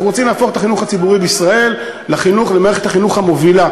אנחנו רוצים להפוך את החינוך הציבורי בישראל למערכת החינוך המובילה.